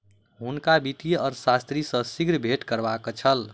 हुनका वित्तीय अर्थशास्त्री सॅ शीघ्र भेंट करबाक छल